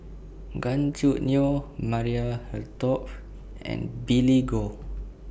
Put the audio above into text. Gan Choo Neo Maria Hertogh and Billy Koh